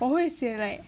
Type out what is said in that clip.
我会写 like